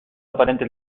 aparente